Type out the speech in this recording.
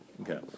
okay